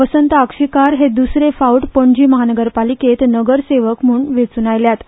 वसंत आगशीकर हे दुसरे फावट पणजी महानगरपालिकेत नगरसेवक म्हण वेचून आयल्यात